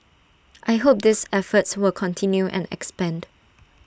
I hope these efforts will continue and expand